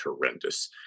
horrendous